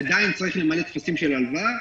עדיין צריך למלא טפסים של ההלוואה.